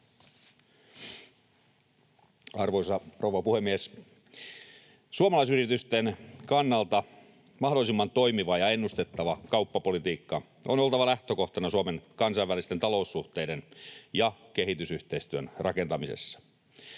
Arvoisa rouva puhemies! Suomalaisyritysten kannalta mahdollisimman toimivan ja ennustettavan kauppapolitiikan on oltava lähtökohtana Suomen kansainvälisten taloussuhteiden ja kehitysyhteistyön rakentamisessa.